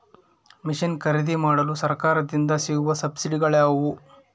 Mission ಖರೇದಿಮಾಡಲು ಸರಕಾರದಿಂದ ಸಿಗುವ ಸಬ್ಸಿಡಿಗಳು ಯಾವುವು?